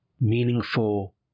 meaningful